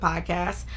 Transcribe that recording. Podcast